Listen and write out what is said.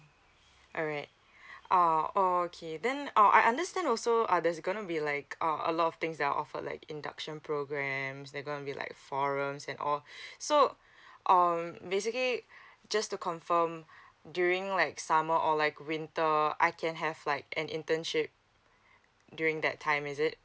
alright oh okay then I understand also uh there's gonna be like a a lot of things that are offered like induction programs they're gonna be like forums and all so um basically just to confirm during like summer or like winter I can have like an internship during that time is it